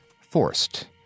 forced